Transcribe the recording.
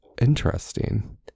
interesting